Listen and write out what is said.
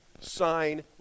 sign